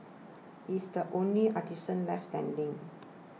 he is the only artisan left standing